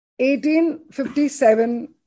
1857